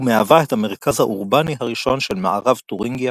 ומהווה את המרכז האורבני הראשי של מערב תורינגיה